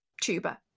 tuber